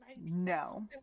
No